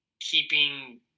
keeping